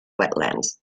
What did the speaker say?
wetlands